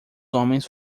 homens